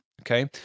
okay